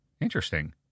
interesting